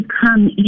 come